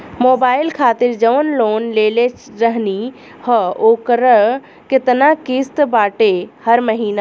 Mobile खातिर जाऊन loan लेले रहनी ह ओकर केतना किश्त बाटे हर महिना?